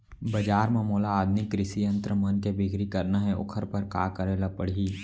बजार म मोला आधुनिक कृषि यंत्र मन के बिक्री करना हे ओखर बर का करे ल पड़ही?